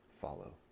follow